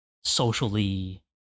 socially